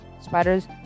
spiders